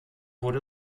wurde